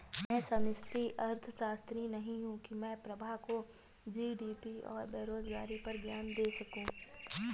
मैं समष्टि अर्थशास्त्री नहीं हूं की मैं प्रभा को जी.डी.पी और बेरोजगारी पर ज्ञान दे सकूं